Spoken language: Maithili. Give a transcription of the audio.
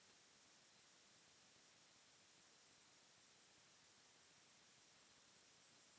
कर्जा दै बाला के ही बांड के मालिको के रूप मे जानलो जाय छै